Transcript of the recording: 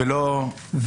זה לא עזר?